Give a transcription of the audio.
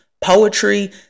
poetry